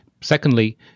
Secondly